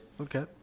Okay